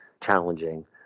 challenging